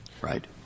Right